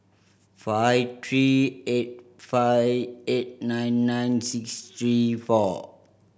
five three eight five eight nine nine six three four